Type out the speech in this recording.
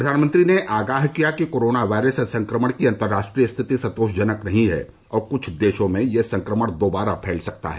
प्रधानमंत्री ने आगाह किया कि कोरोना वायरस संक्रमण की अंतरराष्ट्रीय स्थिति संतोषजनक नहीं है और क्छ देशों में यह संक्रमण दोबारा फैल सकता है